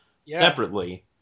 separately